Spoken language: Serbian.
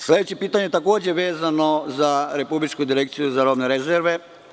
Sledeće pitanje je takođe vezano za Republičku direkciju za robne rezerve.